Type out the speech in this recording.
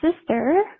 sister